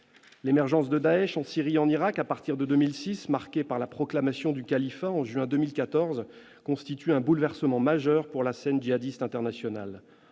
L'émergence de Daech en Syrie et en Irak, à partir de 2006, marquée par la proclamation du « califat » au mois de juin 2014, constitue un bouleversement majeur pour la scène djihadiste internationale.